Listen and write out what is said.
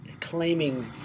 claiming